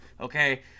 Okay